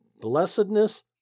blessedness